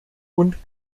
und